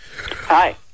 Hi